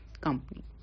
company